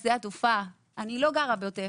אני לא גרה בעוטף,